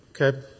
Okay